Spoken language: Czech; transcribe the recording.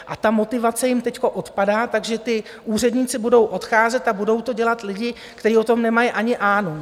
A ta motivace jim teď odpadá, takže ti úředníci budou odcházet a budou to dělat lidi, kteří o tom nemají ani ánung.